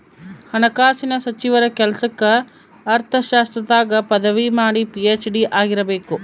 ಹಣಕಾಸಿನ ಸಚಿವರ ಕೆಲ್ಸಕ್ಕ ಅರ್ಥಶಾಸ್ತ್ರದಾಗ ಪದವಿ ಮಾಡಿ ಪಿ.ಹೆಚ್.ಡಿ ಆಗಿರಬೇಕು